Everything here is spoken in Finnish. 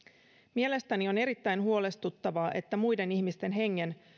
mielestäni on erittäin huolestuttavaa että muiden ihmisten hengen